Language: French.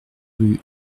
rue